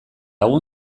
egun